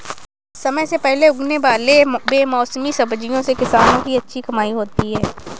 समय से पहले उगने वाले बेमौसमी सब्जियों से किसानों की अच्छी कमाई होती है